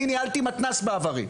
אני ניהלתי מתנ"ס בעברי.